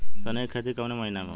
सनई का खेती कवने महीना में होला?